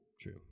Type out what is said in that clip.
True